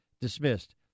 dismissed